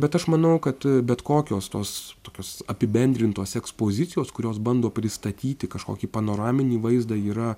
bet aš manau kad bet kokios tos tokios apibendrintos ekspozicijos kurios bando pristatyti kažkokį panoraminį vaizdą yra